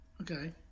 Okay